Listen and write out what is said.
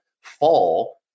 fall